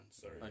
sorry